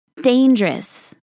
dangerous